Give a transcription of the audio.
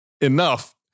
enough